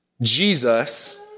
Jesus